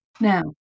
Now